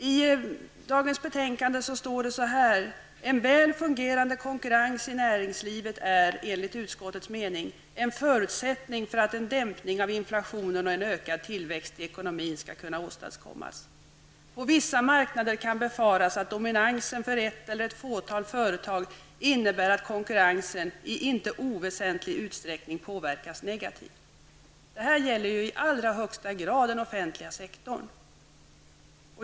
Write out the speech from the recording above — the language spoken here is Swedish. I dagens betänkande står det: ''En väl fungerande konkurrens i näringslivet är, enligt utskottets mening, en förutsättning för att en dämpning av inflationen och en ökad tillväxt i ekonomin skall kunna åstadkommas. -- På vissa marknader kan befaras att dominansen från ett eller ett fåtal företag innebär att konkurrensen i inte oväsentlig utsträckning påverkas negativt.'' Detta gäller ju i allra högsta grad den offentliga sektorn.